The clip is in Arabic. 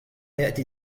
يأتي